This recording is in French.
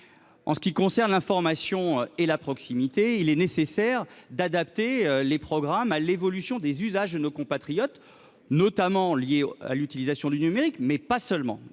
En ce qui concerne l'information et la proximité, il est nécessaire d'adapter les programmes à l'évolution des usages de nos compatriotes, notamment à l'utilisation du numérique, mais pas seulement.